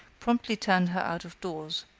promptly turned her out of doors.